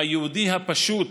עם היהודי הפשוט